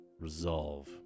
Resolve